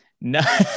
no